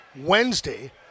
wednesday